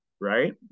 Right